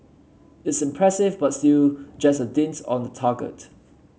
it's impressive but still just a dint's on the target